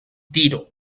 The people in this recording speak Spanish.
tiro